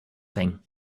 thing